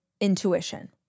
intuition